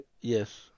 Yes